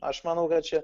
aš manau kad čia